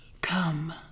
Come